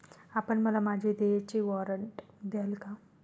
आपण मला माझे देयचे वॉरंट द्याल का?